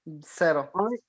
Zero